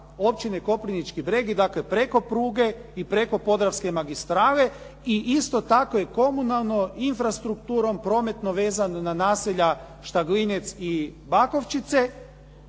općine Koprivnički breg, dakle preko pruge i preko podravske magistrale i isto tako je komunalno infrastrukturom prometno vezan na naselja Štaglinjec i Bakovčice